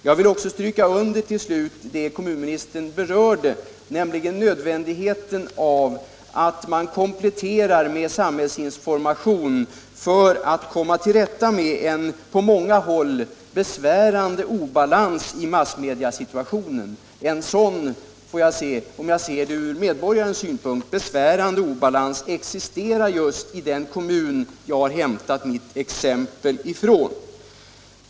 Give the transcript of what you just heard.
Jag vill till sist understryka — det berörde också kommunministern — nödvändigheten av att komplettera med samhällsinformation för att komma till rätta med en på många håll besvärande obalans i massmediasituationen. En sådan från medborgarnas synpunkter besvärande obalans existerar just i den kommun som jag har hämtat mitt exempel från.